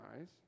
eyes